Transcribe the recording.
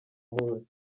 munsi